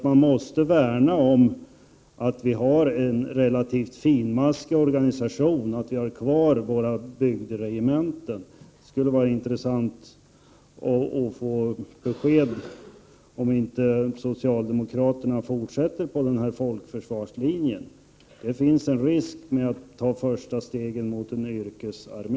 Man måste värna om en relativt finmaskig organisation och ha kvar våra bygderegementen. Det skulle vara intressant att få besked om socialdemokraterna vill fortsätta på denna folkförsvarslinje. Det finns en risk med att ta de första stegen mot en yrkesarmé.